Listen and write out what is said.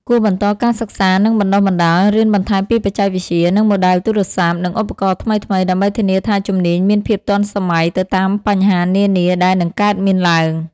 គួរបន្តការសិក្សា និងបណ្តុះបណ្តាល រៀនបន្ថែមពីបច្ចេកវិទ្យា និងម៉ូដែលទូរស័ព្ទ និងឧបករណ៍ថ្មីៗ ដើម្បីធានាថាជំនាញមានភាពទាន់សម័យ ទៅតាមបញ្ហានានាដែលនឹងកើតមានទ្បើង។